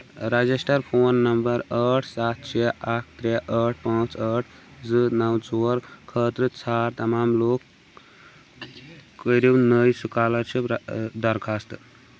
registered phone number ٲٹھ سَتھ شےٚ اکھ ترٛےٚ ٲٹھ پانٛژھ ٲٹھ زٕ نو ژور خٲطرٕٕ ژھانڑ تمام لوٗکھ کٔرِو نٔے سکالرشِپ درخواستہٕ